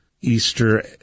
Easter